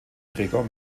gregor